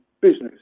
business